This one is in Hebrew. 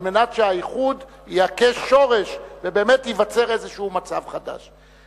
על מנת שהאיחוד יכה שורש ובאמת ייווצר איזה מצב חדש.